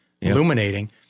illuminating